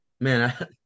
man